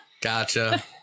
gotcha